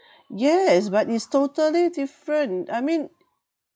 yes but it's totally different I mean